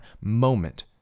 moment